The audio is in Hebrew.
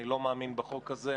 אני לא מאמין בחוק הזה,